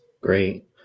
Great